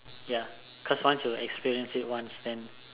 ya cause once you experience it once then